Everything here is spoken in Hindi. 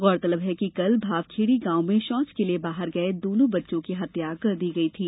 गौरतलब है कि कल भावखेड़ी गांव में शौच के लिए बाहर गये दोनों बच्चों की हत्या कर दी गई थी